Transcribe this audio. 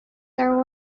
there